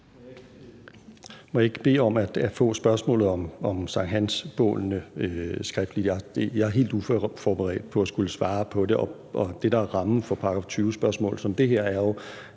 jeg ikke bede om at få spørgsmålene om sankthansbålene skriftligt? Jeg er helt uforberedt på at skulle svare på det, og det, der er rammen for § 20-spørgsmål som det her, er jo,